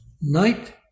night